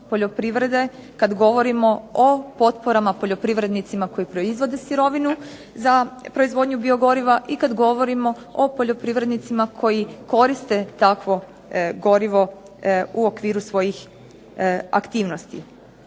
kad govorimo o potporama poljoprivrednicima koji proizvode sirovinu za proizvodnju biogoriva i kad govorimo o poljoprivrednicima koji koriste takvo gorivo u okviru svojih aktivnosti.